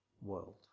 world